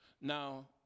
Now